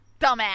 Dumbass